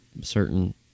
certain